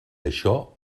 això